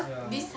ya